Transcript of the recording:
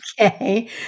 Okay